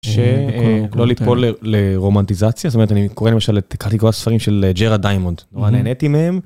שלא ליפול לרומנטיזציה, זאת אומרת, אני קורא למשל, קראתי כל הספרים של ג'רה דיימונד, נורא נהניתי מהם